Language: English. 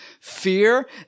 Fear